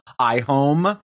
iHome